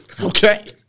Okay